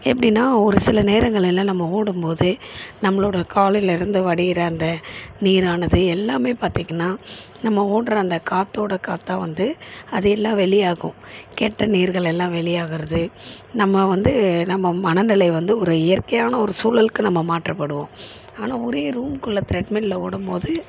எப்படின்னா ஒரு சில நேரங்களில்லாம் நம்ம ஓடும் போது நம்மளோடய காலிலேருந்து வடிகிற அந்த நீரானது எல்லாமே பார்த்திங்கனா நம்ம ஓடுற அந்த காற்றோட காற்றா வந்து அது எல்லாம் வெளியாகும் கெட்ட நீர்கள் எல்லாம் வெளியாகிறது நம்ம வந்து நம்ம மனநிலை வந்து ஒரு இயற்கையான ஒரு சூழலுக்கு நம்ம மாற்றப்படுவோம் ஆனால் ஒரே ரூம்க்குள்ள த்ரெட்மில்ல ஓடும்போது